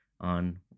on